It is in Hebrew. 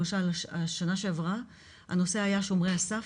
למשל שנה שעברה הנושא היה "שומרי הסף"